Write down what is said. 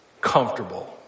comfortable